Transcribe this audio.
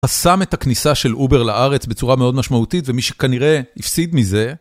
חסם את הכניסה של אובר לארץ בצורה מאוד משמעותית ומי שכנראה יפסיד מזה